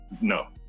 No